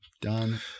Done